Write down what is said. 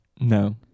No